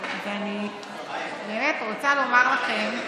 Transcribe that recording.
ואני באמת רוצה לומר לכם,